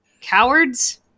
cowards